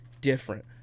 different